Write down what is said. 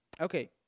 Okay